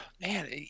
man